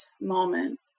moment